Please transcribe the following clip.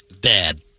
dad